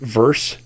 verse